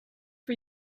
for